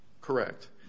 Correct